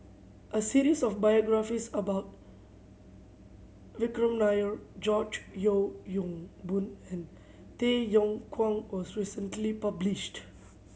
a series of biographies about Vikram Nair George Yeo Yong Boon and Tay Yong Kwang was recently published